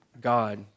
God